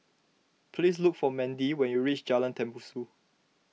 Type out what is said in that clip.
please look for Mendy when you reach Jalan Tembusu